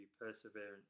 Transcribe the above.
perseverance